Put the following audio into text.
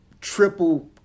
triple